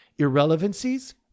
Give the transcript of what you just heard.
Irrelevancies